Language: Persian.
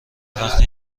وقتی